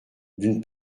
d’une